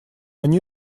они